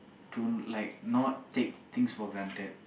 to like not take things for granted